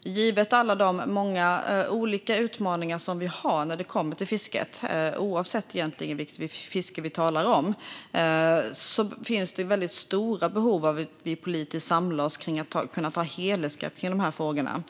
givet alla de många olika utmaningar vi har när det kommer till fisket, oavsett vilket fiske vi talar om, finns det ett stort behov av att vi politiskt samlar oss och kan ta helhetsgrepp i dessa frågor.